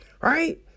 Right